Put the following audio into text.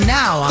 now